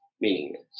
meaningless